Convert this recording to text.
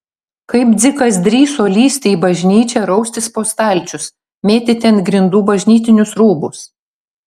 kaip dzikas drįso lįsti į bažnyčią raustis po stalčius mėtyti ant grindų bažnytinius rūbus